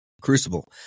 crucible